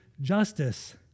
justice